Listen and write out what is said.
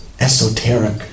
esoteric